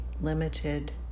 limited